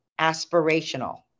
aspirational